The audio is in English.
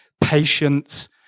patience